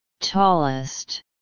tallest